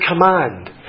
command